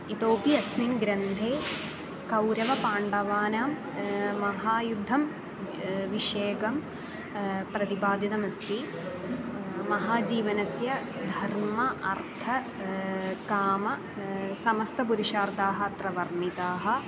इतोपि अस्मिन् ग्रन्थे कौरवपाण्डवानां महायुद्धं विषयकं प्रतिपादितमस्ति महाजीवनस्य धर्मः अर्थः कामः समस्तपुरुषार्थाः अत्र वर्णिताः